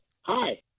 Hi